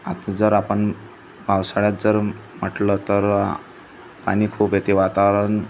आता जर आपण पावसाळ्यात जर म्हटलं तर पाणी खूप येते वातावरण